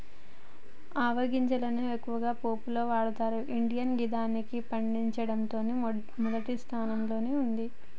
ఆవ గింజలను ఎక్కువగా పోపులో వాడతరు ఇండియా గిదాన్ని పండించడంలో మొదటి స్థానంలో ఉంది